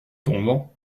tombant